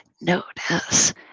notice